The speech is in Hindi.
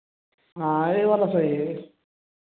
हाँ यह वाला सही है